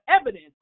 evidence